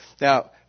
Now